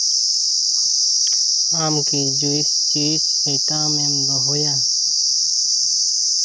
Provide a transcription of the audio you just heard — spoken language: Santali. ᱟᱢ ᱠᱤ ᱡᱩᱥ ᱪᱤᱡᱽ ᱟᱭᱴᱮᱢᱮᱢ ᱫᱚᱦᱚᱭᱟ